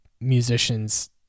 musicians